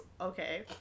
Okay